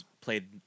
played